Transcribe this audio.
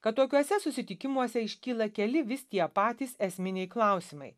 kad tokiuose susitikimuose iškyla keli vis tie patys esminiai klausimai